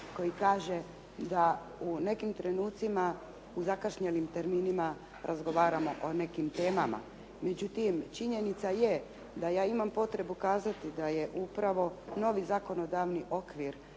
koji kaže da u nekim trenucima u zakašnjelim terminima razgovaramo o nekim temama. Međutim, činjenica je da ja imam potrebu kazati da je upravo novi zakonodavni okvir